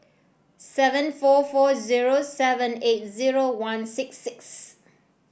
seven four four zero seven eight zero one six six